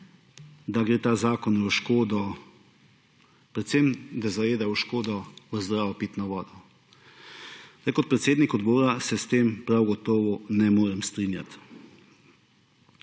da gre ta zakon v škodo, predvsem v škodo zdrave pitne vode. Kot predsednik odbora se s tem prav gotovo ne morem strinjati.